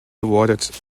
awarded